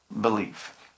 belief